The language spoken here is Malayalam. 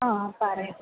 ആ പറയാം